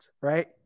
right